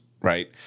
right